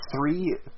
three